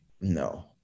no